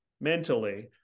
mentally